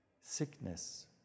sickness